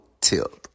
TIP